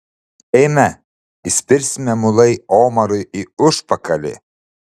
eime įspirsime mulai omarui į užpakalį